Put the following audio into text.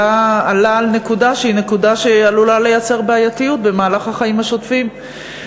עלה על נקודה שעלולה לייצר בעייתיות במהלך החיים השוטפים.